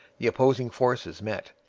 the opposing forces met.